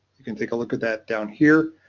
i can take a look at that down here.